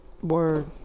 Word